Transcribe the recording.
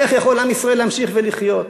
איך יכול עם ישראל להמשיך לחיות.